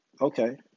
Okay